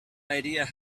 idea